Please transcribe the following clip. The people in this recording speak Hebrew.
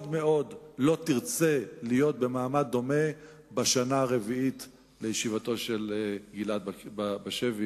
מאוד מאוד לא תרצה להיות במעמד דומה בשנה הרביעית לישיבתו של גלעד בשבי.